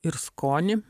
ir skonį